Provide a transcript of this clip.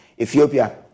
Ethiopia